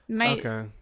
okay